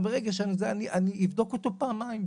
אני אבדוק אותו פעמיים,